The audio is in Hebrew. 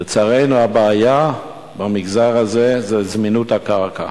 לצערנו, הבעיה במגזר הזה היא זמינות הקרקע.